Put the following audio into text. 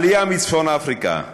העלייה מצפון אפריקה,